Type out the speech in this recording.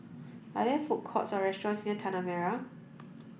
are there food courts or restaurants near Tanah Merah